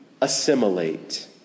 assimilate